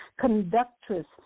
conductress